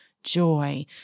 Joy